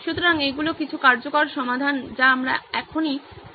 সুতরাং এইগুলি কিছু কার্যকর সমাধান যা আমরা এখনই চিন্তা করতে পারি